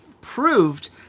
proved